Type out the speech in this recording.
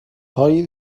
های